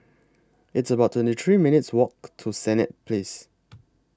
It's about twenty three minutes' Walk to Senett Place